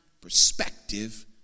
perspective